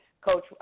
Coach